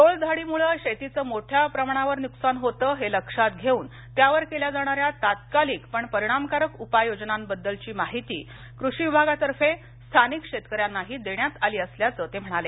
टोळधाडीमुळं शेतीचं मोठ्या प्रमाणावर नुकसान होतं हे लक्षात घेऊन त्यावर केल्या जाणाऱ्या तात्कालिक पण परिणामकारक उपाय योजनांबद्दलची माहिती कृषी विभागातर्फे स्थानिक शेतकऱ्यांनाही देण्यात आली असल्याचं ते म्हणाले